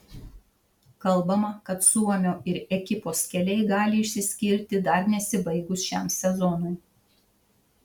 kalbama kad suomio ir ekipos keliai gali išsiskirti dar nesibaigus šiam sezonui